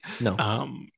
No